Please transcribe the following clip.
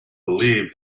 believe